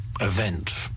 event